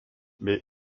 bei